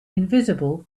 invisible